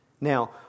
Now